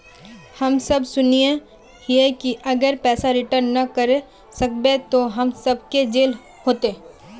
हम सब सुनैय हिये की अगर पैसा रिटर्न ना करे सकबे तो हम सब के जेल होते?